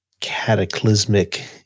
cataclysmic